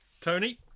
Tony